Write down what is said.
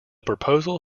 proposal